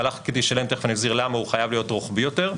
מהלך חקיקתי שלם תכף אני אסביר למה הוא חייב להיות רוחבי יותר,